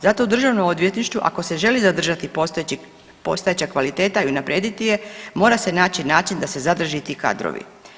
Zato u Državno odvjetništvu ako se želi zadržati postojeći, postojeća kvaliteta i unaprijediti je mora se naći način da se zadrže i ti kadrovi.